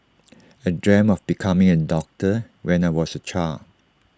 I dreamt of becoming A doctor when I was A child